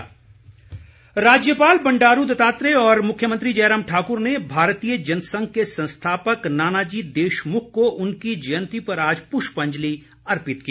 पुष्पांजलि राज्यपाल बंडारू दत्तात्रेय और मुख्यमंत्री जयराम ठाकुर ने भारतीय जनसंघ के संस्थापक नानाजी देशमुख को उनकी जयंती पर आज पुष्पांजलि अर्पित की